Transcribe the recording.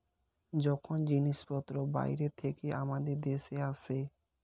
যখন জিনিসপত্র বাইরে থেকে আমাদের দেশে আসে